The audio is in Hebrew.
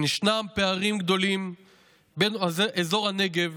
ישנם פערים גדולים בין אזור הנגב